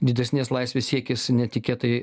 didesnės laisvės siekis netikėtai